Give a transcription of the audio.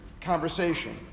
conversation